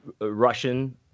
Russian